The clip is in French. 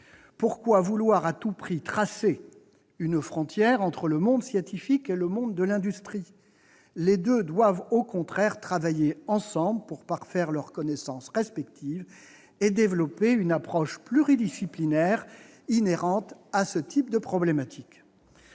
Pourquoi vouloir à tout prix tracer une frontière entre le monde scientifique et le monde de l'industrie ? Les deux doivent, au contraire, travailler ensemble pour parfaire leurs connaissances respectives et développer une approche pluridisciplinaire, inhérente à ce type de problématique.